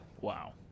Wow